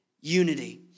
unity